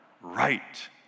right